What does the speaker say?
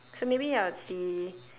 so maybe I would see